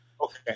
Okay